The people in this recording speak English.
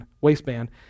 waistband